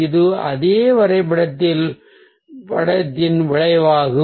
இது அதே வரைபடத்தின் விளைவாகும்